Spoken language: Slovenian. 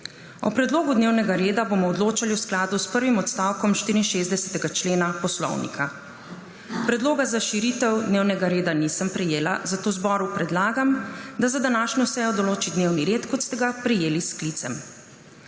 O predlogu dnevnega reda bomo odločali v skladu s prvim odstavkom 64. člena Poslovnika. Predloga za širitev dnevnega reda nisem prejela, zato zboru predlagam, da za današnjo sejo določi dnevni red, kot ga je prejel s sklicem.